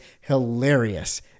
hilarious